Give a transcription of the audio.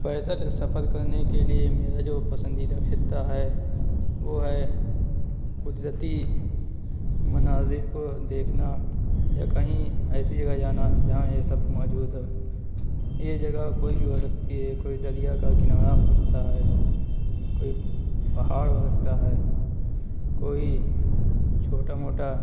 پیدل سفر کرنے کے لیے میرا جو پسندیدہ خطہ ہے وہ ہے قدرتی مناظر کو دیکھنا یا کہیں ایسی جگہ جانا جہاں یہ سب موجود ہو یہ جگہ کوئی بھی ہو سکتی ہے کوئی دریا کا کنارہ ہو سکتا ہے کوئی پہاڑ ہو سکتا ہے کوئی چھوٹا موٹا